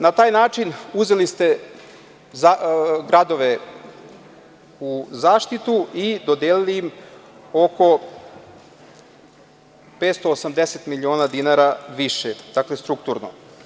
Na taj način uzeli ste gradove u zaštitu i dodelili im oko 580 miliona dinara više, dakle, strukturno.